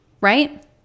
Right